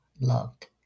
loved